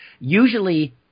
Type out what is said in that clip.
usually